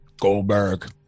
Goldberg